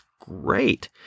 great